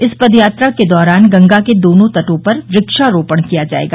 इस पद यात्रा के दौरान गंगा के दोनों तटों पर व्रक्षारोपण किया जायेगा